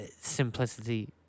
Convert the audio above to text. simplicity